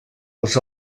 els